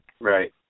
Right